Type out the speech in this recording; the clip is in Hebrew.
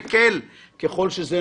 מה היית עונה לקול בצד השני?